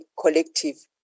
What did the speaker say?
collective